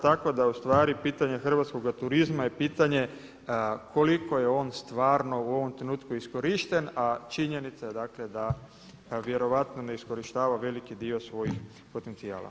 Tako da ustvari pitanje hrvatskoga turizma i pitanje koliko je on stvarno u ovom trenutku iskorišten a činjenica je dakle da vjerojatno neiskorištava veliki dio svojih potencijala.